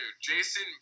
Jason